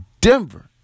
Denver